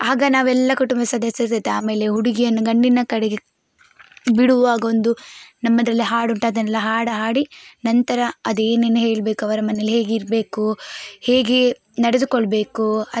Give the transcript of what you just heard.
ಆಗ ನಾವೆಲ್ಲ ಕುಟುಂಬ ಸದಸ್ಯರು ಸಹಿತ ಆಮೇಲೆ ಹುಡುಗಿಯನ್ನು ಗಂಡಿನ ಕಡೆಗೆ ಬಿಡುವಾಗ ಒಂದು ನಮ್ಮದರಲ್ಲಿ ಹಾಡುಂಟು ಅದನ್ನೆಲ್ಲ ಹಾಡು ಹಾಡಿ ನಂತರ ಅದೆನ್ನೇನು ಹೇಳ್ಬೇಕು ಅವರ ಮನೇಲಿ ಹೇಗಿರಬೇಕು ಹೇಗೆ ನಡೆದುಕೊಳ್ಬೇಕು ಅ